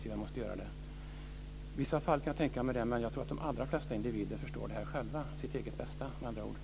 I vissa fall kan jag tänka mig det, men jag tror att de allra flesta individer förstår sitt eget bästa.